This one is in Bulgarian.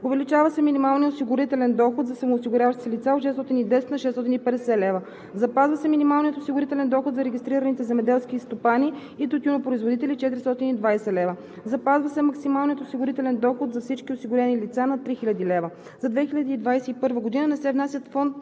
Увеличава се минималният осигурителен доход за самоосигуряващите се лица от 610 лв. на 650 лв. - Запазва се минималният осигурителен доход за регистрираните земеделски стопани и тютюнопроизводители – 420 лв. - Запазва се максималният осигурителен доход за всички осигурени лица на 3000 лв. - За 2021 г. не се внасят вноски